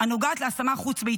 הנוגעת להשמה חוץ-ביתית,